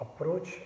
approach